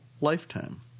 lifetime